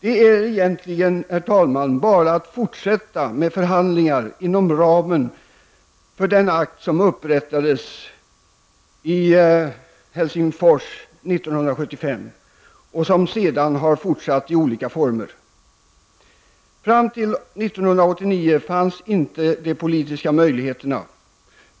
Det är egentligen, herr talman, bara att fortsätta med förhandlingar inom ramen för den akt som upprepades i Helsingfors 1975 och som sedan har fortsatt i olika former. Fram till 1989 fanns inte de politiska möjligheterna.